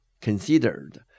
considered